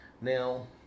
now